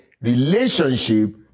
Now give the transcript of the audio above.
relationship